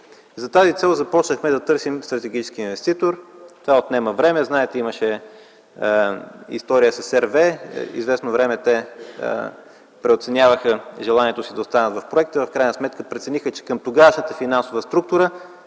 За тази цел започнахме да търсим стратегически инвеститор, а това отнема време. Знаете, че имаше история с „RWE” - известно време те преоценяваха желанието си да останат в проекта и в крайна сметка прецениха, че към тогавашната финансова структура